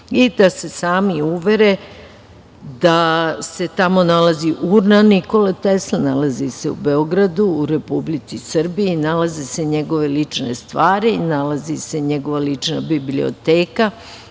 i da se sami uvere da se tamo nalazi urna Nikole Tesle, nalazi se u Beogradu, u Republici Srbiji, nalaze se njegove lične stvari, nalazi se njegova lična biblioteka,